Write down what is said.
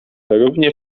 równie